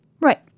Right